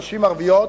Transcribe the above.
נשים ערביות,